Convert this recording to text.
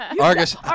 Argus